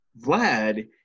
Vlad